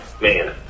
Man